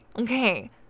Okay